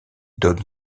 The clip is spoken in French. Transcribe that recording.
donne